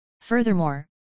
Furthermore